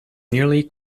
nearly